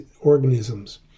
organisms